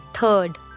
Third